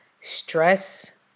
Stress